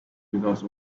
because